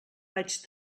vaig